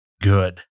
good